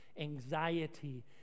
anxiety